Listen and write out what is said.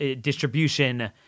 distribution